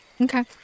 Okay